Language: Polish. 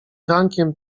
rankiem